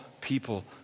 people